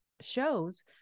shows